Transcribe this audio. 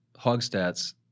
Hogstats